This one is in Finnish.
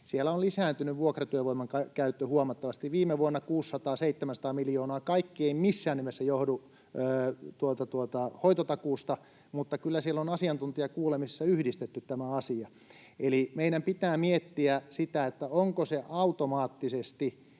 siellä on lisääntynyt vuokratyövoiman käyttö huomattavasti, viime vuonna 600—700 miljoonaa. Kaikki ei missään nimessä johdu hoitotakuusta, mutta kyllä asiantuntijakuulemisessa on yhdistetty nämä asiat. Eli meidän pitää miettiä, onko se nopea hoitoonpääsy automaattisesti